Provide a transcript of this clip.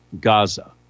Gaza